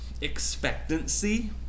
Expectancy